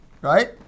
right